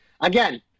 again